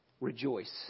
Rejoice